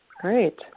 Great